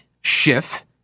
Schiff